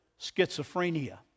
Schizophrenia